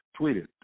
tweeted